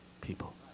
people